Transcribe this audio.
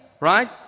right